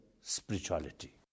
spirituality